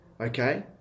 Okay